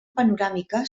panoràmica